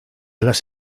las